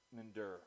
endure